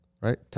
right